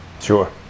sure